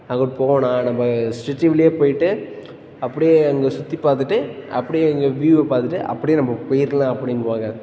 அங்கே போனால் நம்ம சிட்டி குள்ளேயே போய்விட்டு அப்படியே அங்கே சுற்றிப் பார்த்துட்டு அப்படியே இங்கே வ்யூ பார்த்துட்டு அப்படியே நம்ம போயிடலாம் அப்படிம்பாங்க